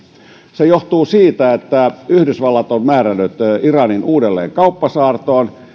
se johtuu siitä että yhdysvallat on määrännyt iranin uudelleen kauppasaartoon